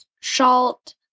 shalt